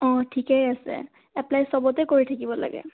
অঁ ঠিকেই আছে এপ্পলাই সবতে কৰি থাকিব লাগে